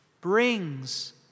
brings